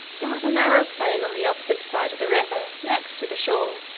there was a narrow plain on the opposite side of the river, next to the shore,